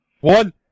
one